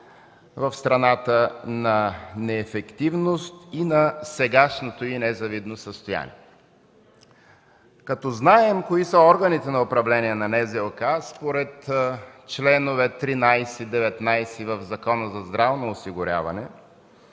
в страната на неефективност и на сегашното й незавидно състояние. Като знаем кои са органите на управление на НЗОК, според членове 13 и 19 в Закона за здравното осигуряване,